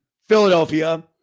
Philadelphia